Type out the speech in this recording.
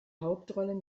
hauptrollen